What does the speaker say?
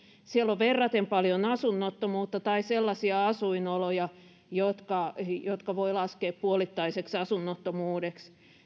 on verraten paljon asunnottomuutta tai sellaisia asuinoloja jotka voi laskea puolittaiseksi asunnottomuudeksi